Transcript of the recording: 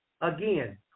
Again